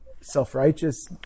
self-righteous